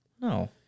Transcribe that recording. No